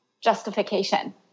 justification